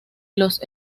los